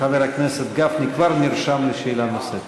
חבר הכנסת גפני כבר נרשם לשאלה נוספת.